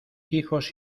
hijos